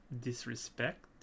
disrespect